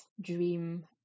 dream